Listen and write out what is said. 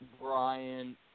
Brian